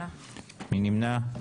8 נמנעים,